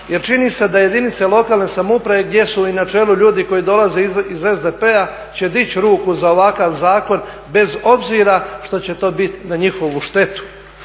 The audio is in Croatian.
jer čini se da jedinice lokalne samouprave gdje su na čelu ljudi koji dolaze iz SDP-a će dići ruku za ovakav zakon bez obzira što će to biti na njihovu štetu.